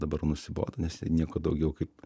dabar nusibodo nes jie nieko daugiau kaip